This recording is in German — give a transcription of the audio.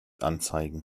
anzeigen